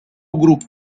gruppo